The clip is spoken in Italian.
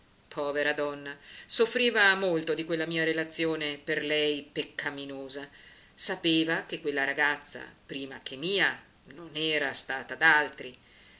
povera donna soffriva molto di quella mia relazione per lei peccaminosa sapeva che quella ragazza prima che mia non era stata d'altri